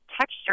texture